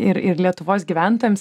ir ir lietuvos gyventojams